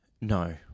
No